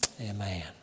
Amen